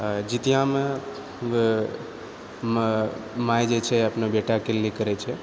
आ जितियामे माय जे छै अपना बेटाके लिए करैत छै